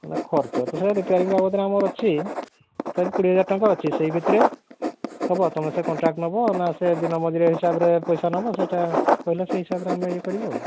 ନା ଖର୍ଚ୍ଚ ତ ସେ ରିପ୍ୟାରିଙ୍ଗ ବାବଦରେ ଅଛି ତଥାପି କୋଡ଼ିଏ ହଜାର ଟଙ୍କା ଅଛି ସେଇ ଭିତରେ ହେବ ତୁମେ ସେ କଣ୍ଟ୍ରାକ୍ଟ ହେବ ନା ସେ ଦିନ ମଜୁରିଆ ହିସାବରେ ପଇସା ନେବ ସେଇଟା କହିଲେ ସେଇ ହିସାବରେ ଆମେ ଇଏ କରିବୁ ଆଉ